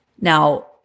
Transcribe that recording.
Now